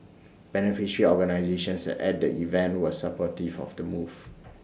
beneficiary organisations at the event were supportive of the move